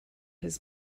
his